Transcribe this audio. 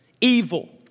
Evil